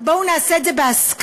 בואו נעשה את זה בהסכמה,